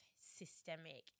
systemic